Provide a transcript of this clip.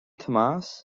tomás